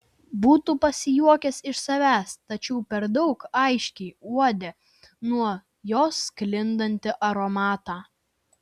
būtų pasijuokęs iš savęs tačiau per daug aiškiai uodė nuo jos sklindantį aromatą